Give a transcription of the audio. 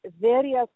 various